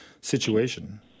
situation